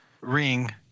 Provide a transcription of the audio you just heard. ring